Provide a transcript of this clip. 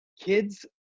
kids